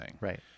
Right